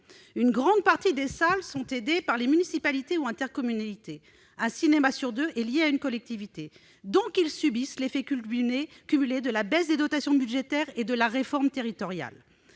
Nombre d'entre eux sont aidés par les municipalités ou les intercommunalités. Un cinéma sur deux est lié à une collectivité. Ils subissent donc les effets cumulés de la baisse des dotations budgétaires et de la réforme territoriale.